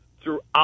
throughout